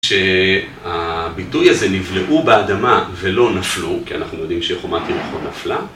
כשהביטוי הזה, נבלעו באדמה ולא נפלו, כי אנחנו יודעים שחומת יריחו נפלה.